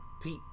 Pete